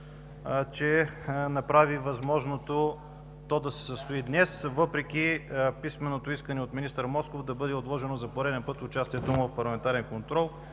че направи възможното то да се състои днес, въпреки писменото искане от министър Москов да бъде отложено за пореден път участието му в парламентарен контрол.